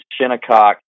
Shinnecock